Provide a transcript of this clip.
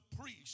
priest